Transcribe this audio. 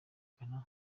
kugana